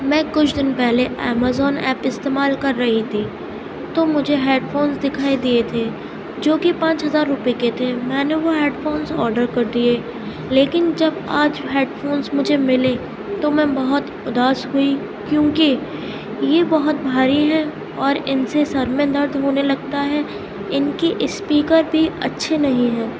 میں کچھ دن پہلے امازون ایپ استعمال کر رہی تھی تو مجھے ہیڈ فونس دکھائی دیے تھے جو کہ پانچ ہزارا روپے کے تھے میں نے وہ ہیڈ فونس آڈر کر دیے لیکن جب آج ہیڈ فونس مجھے ملے تو میں بہت اداس ہوئی کیوں کہ یہ بہت بھاری ہے اور ان سے سر میں درد ہو نے لگتا ہے ان کی اسپیکر بھی اچھی نہیں ہے